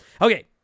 Okay